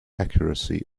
accuracy